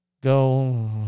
go